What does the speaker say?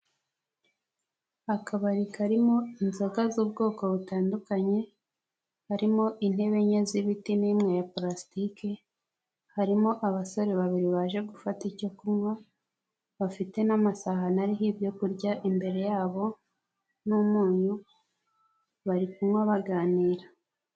Akabari karimo inzoga z'ubwoko butandukanye, harimo intebe enye z'ibiti n'imwe ya pulasitike, harimo abasore babiri baje gufata icyo kunywa bafite n'amasahani ariho ibyo kurya imbere yabo n'umunyu, bari kunywa baganira.